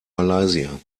malaysia